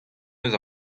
deus